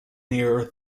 near